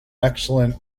excellent